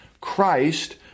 Christ